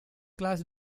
class